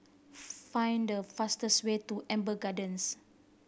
find the fastest way to Amber Gardens